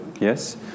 Yes